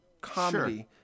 comedy